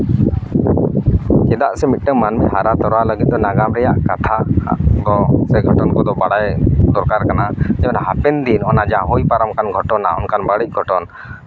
ᱪᱮᱫᱟᱜ ᱥᱮ ᱢᱤᱫᱴᱟᱹᱱ ᱢᱟᱹᱱᱢᱤ ᱦᱟᱨᱟ ᱛᱚᱨᱟ ᱞᱟᱹᱜᱤᱫ ᱫᱚ ᱱᱟᱜᱟᱢ ᱨᱮᱭᱟᱜ ᱠᱟᱛᱷᱟ ᱫᱚ ᱥᱮ ᱜᱷᱚᱴᱚᱱ ᱠᱚᱫᱚ ᱵᱟᱲᱟᱭ ᱜᱮ ᱫᱚᱨᱠᱟᱨ ᱠᱟᱱᱟ ᱡᱮ ᱚᱱᱟ ᱦᱟᱯᱮᱱ ᱫᱤᱱ ᱚᱱᱟ ᱡᱟᱦᱟᱸ ᱦᱩᱭ ᱯᱟᱨᱚᱢ ᱟᱠᱟᱱ ᱜᱷᱚᱴᱚᱱᱟ ᱚᱱᱠᱟᱱ ᱵᱟᱹᱲᱤᱡ ᱜᱷᱚᱴᱚᱱ